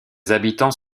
habitants